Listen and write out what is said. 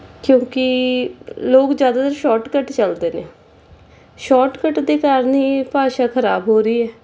ਕਿਉਂਕਿ ਲੋਕ ਜ਼ਿਆਦਾਤਰ ਸ਼ੋਰਟਕੱਟ ਚੱਲਦੇ ਨੇ ਸ਼ੋਰਟਕੱਟ ਦੇ ਕਾਰਨ ਹੀ ਭਾਸ਼ਾ ਖਰਾਬ ਹੋ ਰਹੀ ਹੈ